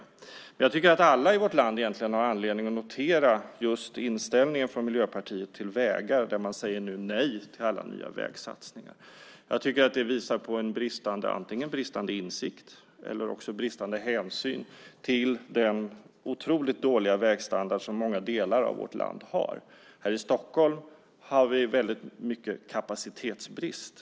Egentligen tycker jag att alla i vårt land har anledning att notera Miljöpartiets inställning till vägar; de säger nu nej till alla nya vägsatsningar. Det visar på antingen bristande insikt eller bristande hänsyn till den otroligt dåliga vägstandard som många delar av vårt land har. I Stockholm har vi stor kapacitetsbrist.